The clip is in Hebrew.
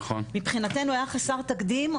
מבחינתנו היה חסר תקדים,